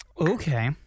Okay